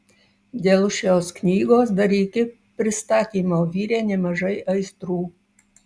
dėl šios knygos dar iki pristatymo virė nemažai aistrų